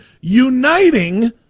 uniting